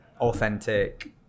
authentic